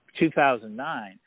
2009